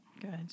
Good